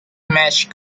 match